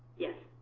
yes,